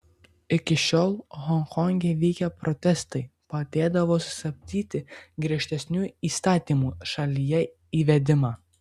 iki šiol honkonge vykę protestai padėdavo sustabdyti griežtesnių įstatymų šalyje įvedimą